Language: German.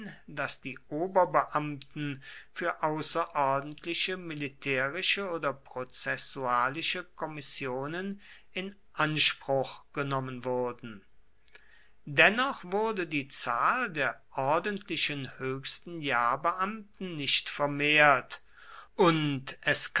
daß die oberbeamten für außerordentliche militärische oder prozessualische kommissionen in anspruch genommen wurden dennoch wurde die zahl der ordentlichen höchsten jahrbeamten nicht vermehrt und es